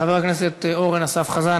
חבר הכנסת אורן אסף חזן,